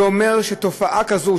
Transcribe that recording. זה אומר שתופעה כזאת,